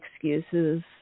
excuses